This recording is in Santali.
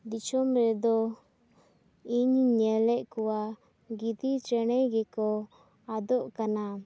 ᱫᱤᱥᱚᱢ ᱨᱮᱫᱚ ᱤᱧ ᱧᱮᱞᱮᱫ ᱠᱚᱣᱟ ᱜᱤᱫᱤ ᱪᱮᱬᱮ ᱜᱮᱠᱚ ᱟᱫᱚᱜ ᱠᱟᱱᱟ